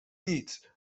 nic